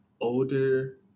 older